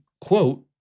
quote